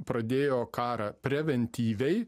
pradėjo karą preventyviai